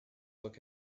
look